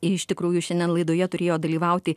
iš tikrųjų šiandien laidoje turėjo dalyvauti